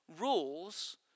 rules